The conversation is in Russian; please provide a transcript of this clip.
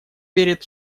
верят